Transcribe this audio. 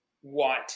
white